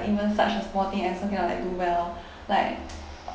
like even such a small thing I also cannot like do well like